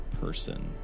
person